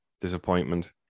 disappointment